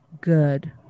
good